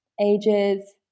ages